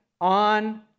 on